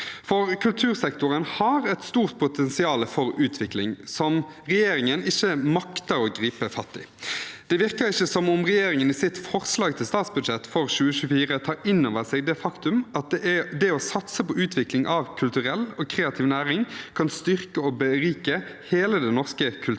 for kultursektoren har et stort potensial for utvikling som regjeringen ikke makter å gripe fatt i. Det virker ikke som regjeringen i sitt forslag til statsbudsjett for 2024 tar inn over seg det faktum at det å satse på utvikling av kulturell og kreativ næring kan styrke og berike hele det norske kulturlivet.